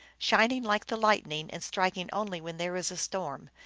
shining like the lightning and striking only when there is a storm,